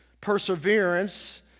perseverance